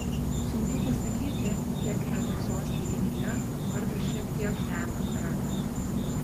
sunku pasakyti kiek yra tiesos teiginyje kad vardas šiek tiek lemia charakterį